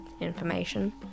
information